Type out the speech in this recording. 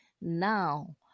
Now